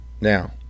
Now